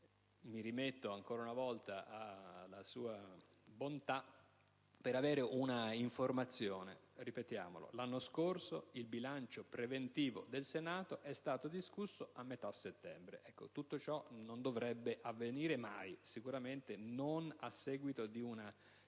mi rimetto ancora una volta alla sua benevolenza per avere un'informazione al riguardo. L'anno scorso il bilancio preventivo del Senato è stato discusso a metà settembre: ciò non dovrebbe avvenire mai, e sicuramente non a seguito di una